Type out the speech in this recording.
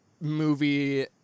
movie